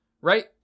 right